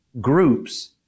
groups